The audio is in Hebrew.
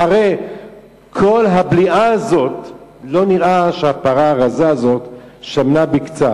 אחרי כל הבליעה הזאת לא נראה שהפרה הזאת שמנה בקצת.